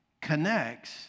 connects